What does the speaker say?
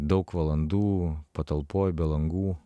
daug valandų patalpoj be langų